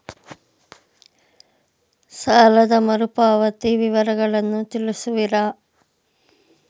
ಸಾಲದ ಮರುಪಾವತಿ ವಿವರಗಳನ್ನು ತಿಳಿಸುವಿರಾ?